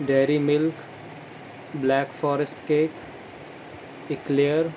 dairy milk black forrest cake eclair